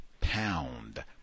pound